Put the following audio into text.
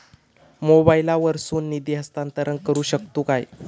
मोबाईला वर्सून निधी हस्तांतरण करू शकतो काय?